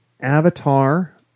Avatar